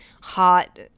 hot